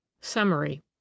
Summary